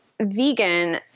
vegan